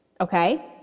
okay